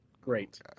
Great